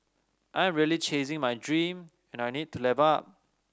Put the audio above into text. I am really chasing my dream and I need to level up